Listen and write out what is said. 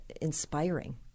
inspiring